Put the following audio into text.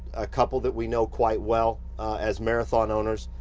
a couple that we know quite well as marathon owners,